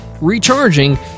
recharging